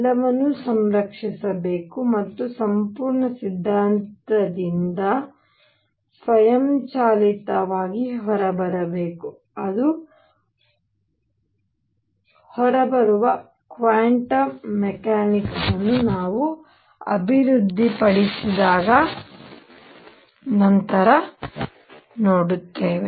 ಎಲ್ಲವನ್ನೂ ಸಂರಕ್ಷಿಸಬೇಕು ಮತ್ತು ಸಂಪೂರ್ಣ ಸಿದ್ಧಾಂತದಿಂದ ಸ್ವಯಂಚಾಲಿತವಾಗಿ ಹೊರಬರಬೇಕು ಅದು ಹೊರಬರುವ ಕ್ವಾಂಟಮ್ ಮೆಕ್ಯಾನಿಕ್ಸ್ ಅನ್ನು ನಾವು ಅಭಿವೃದ್ಧಿಪಡಿಸಿದಾಗ ನಂತರ ನೋಡುತ್ತೇವೆ